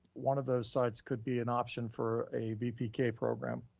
one of those sites could be an option for a vpk program.